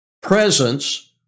Presence